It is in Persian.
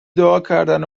دعاکردن